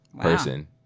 person